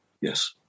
yes